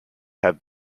have